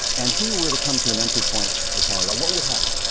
and he were to come to an entry point for canada, what would happen?